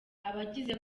abagize